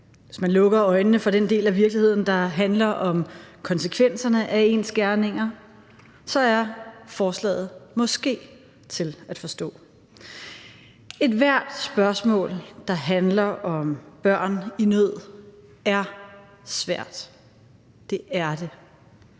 Hvis man lukker øjnene for den del af virkeligheden, der handler om konsekvenserne af ens gerninger, er forslaget måske til at forstå. Ethvert spørgsmål, der handler om børn i nød, er svært – det er det.